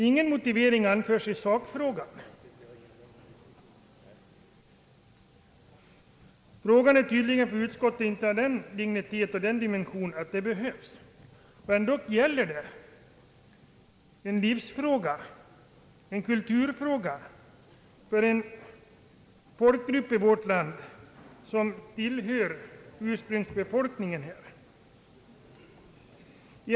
Ingen motivering anförs i sakfrågan. För utskottet är frågan tydligen inte av den dignitet och den dimension att det behövs. Ändå gäller det en livsfråga och en kulturfråga för en folkgrupp som tillhör ursprungsbefolkningen i vårt land.